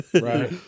Right